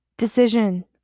decision